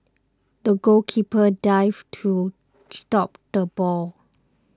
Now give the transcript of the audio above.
the goalkeeper dived to stop the ball